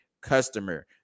customer